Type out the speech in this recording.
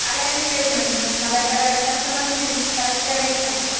అలా ఏమి లేదు మ్యాడమ్ మేము మా దగ్గర కస్టమర్కి కరెక్ట్ గానే ఇస్తాం మ్యామ్